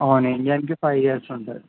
అవును ఇంజిన్కి five years ఉంటుంది